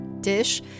dish